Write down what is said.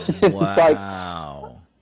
Wow